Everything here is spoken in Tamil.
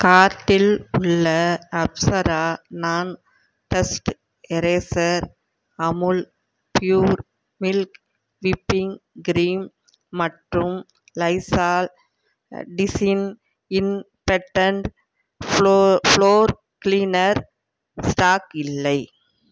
கார்ட்டில் உள்ள Apsara non dust eraser Amul pure milk whipping cream மற்றும் Lysol disinfectant floor cleaner stock இல்லை